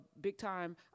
big-time